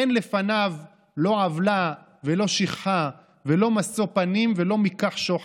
אין לפניו לא עוולה ולא שכחה ולא משוא פנים ולא מקח שוחד.